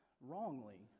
wrongly